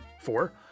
four